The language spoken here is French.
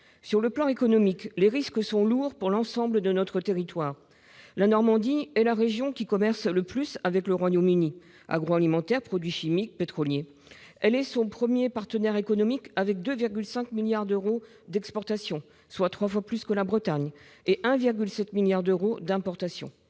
Sur le plan économique, les risques sont lourds pour l'ensemble de notre territoire. La Normandie est la région qui commerce le plus avec le Royaume-Uni - agroalimentaire, produits chimiques et pétroliers. Elle est son premier partenaire économique avec 2,5 milliards d'euros d'exportations, soit trois fois plus que la Bretagne, et 1,7 milliard d'euros d'importations.